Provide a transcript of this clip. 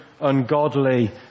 ungodly